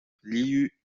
liu